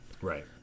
Right